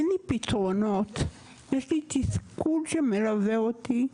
אין לי פתרונות, יש לי תסכול שמלווה אותי.